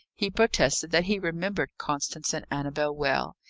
he protested that he remembered constance and annabel well.